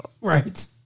Right